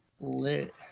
lit